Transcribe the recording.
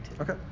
Okay